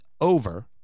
over